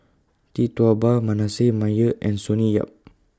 Tee Tua Ba Manasseh Meyer and Sonny Yap